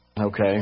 Okay